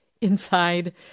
inside